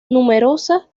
numerosa